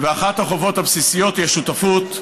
ואחת החובות הבסיסיות היא השותפות,